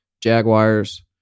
Jaguars